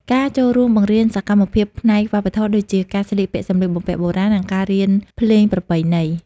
ការចូលរួមបង្រៀនសកម្មភាពផ្នែកវប្បធម៌ដូចជា ការស្លៀកពាក់សម្លៀកបំពាក់បុរាណ និងការរៀនភ្លេងប្រពៃណី។